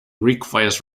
requires